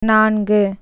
நான்கு